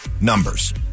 numbers